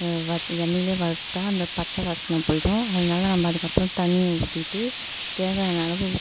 எண்ணெயிலேயே வறுத்தால் அந்த பச்சை வாசனை போய்டும் அதனால் நம்ம அதுக்கு அப்பறம் தண்ணியை ஊத்திவிட்டு தேவையான அளவு